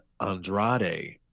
Andrade